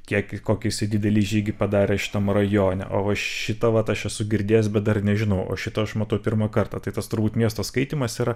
kiek kokį jisai didelį žygį padarė šitam rajone o va šitą vat aš esu girdėjęs bet dar nežinau o šitą aš matau pirmą kartą tai tas turbūt miesto skaitymas yra